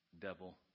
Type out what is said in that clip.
devil